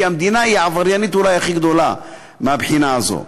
כי המדינה היא העבריינית אולי הכי גדולה מהבחינה הזו,